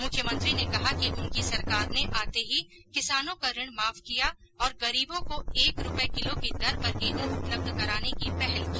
मुख्यमंत्री ने कहा कि उनकी सरकार ने आते ही किसानों का ऋण माफ किया और गरीबों को एक रूपए किलो की दर पर गेहूं उपलब्ध कराने की पहल की